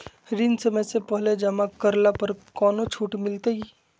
ऋण समय से पहले जमा करला पर कौनो छुट मिलतैय?